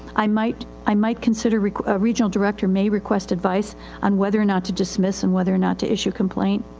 i might, i might consider a regional director may request advice on whether or not to dismiss and whether or not to issue a complaint.